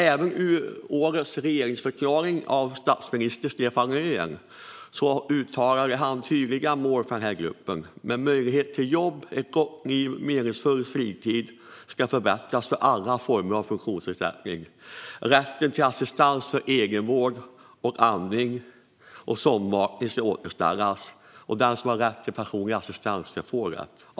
Även i årets regeringsförklaring uttalade statsminister Stefan Löfven tydliga mål för den här gruppen: Möjligheten till jobb, ett gott liv och en meningsfull fritid ska förbättras för alla med olika former av funktionsnedsättning. Rätten till assistans för egenvård, andning och sondmatning ska återställas. Den som har rätt till personlig assistans ska få det.